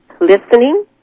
listening